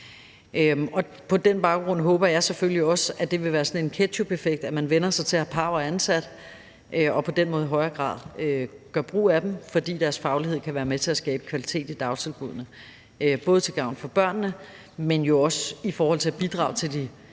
På den baggrund håber jeg selvfølgelig også, at det vil være sådan en ketchupeffekt, altså at man vænner sig til at have pau'er ansat og på den måde i højere grad gør brug af dem, fordi deres faglighed kan være med til at skabe kvalitet i dagtilbuddene, både til gavn for børnene, men jo også i forhold til at bidrage til de